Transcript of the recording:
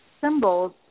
symbols